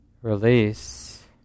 release